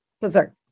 Dessert